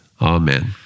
Amen